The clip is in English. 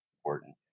important